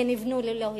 שנבנו ללא היתר.